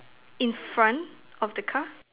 in front of the car